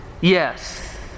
yes